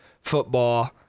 football